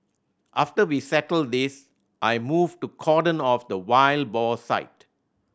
after we settled this I moved to cordon off the wild boar site